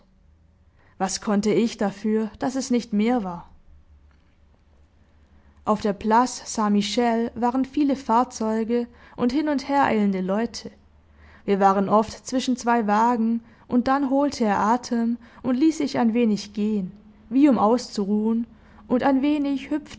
was konnte ich dafür daß es nicht mehr war auf der place st michel waren viele fahrzeuge und hin und her eilende leute wir waren oft zwischen zwei wagen und dann holte er atem und ließ sich ein wenig gehen wie um auszuruhen und ein wenig hüpfte